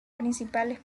principales